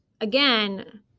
again